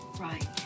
Right